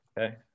Okay